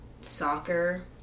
soccer